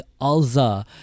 Alza